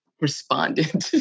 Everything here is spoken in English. responded